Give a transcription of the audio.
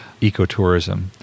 ecotourism